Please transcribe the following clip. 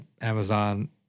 Amazon